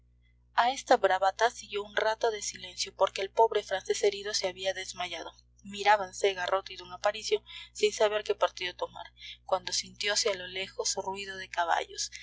a esta bravata siguió un rato de silencio porque el pobre francés herido se había desmayado mirábanse garrote y d aparicio sin saber qué partido tomar cuando sintiose a lo lejos ruido de caballos